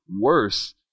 worse